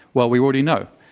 well, we already know,